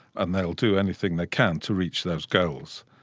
and they'll do anything they can to reach those goals.